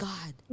God